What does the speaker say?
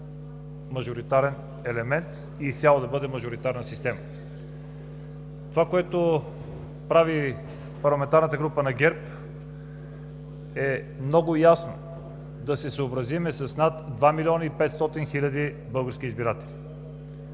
мажоритарен елемент и изцяло да бъде мажоритарна системата. Това, което прави Парламентарната група на ГЕРБ, е много ясно да се съобразим с над 2 млн. 500 хил. български избиратели.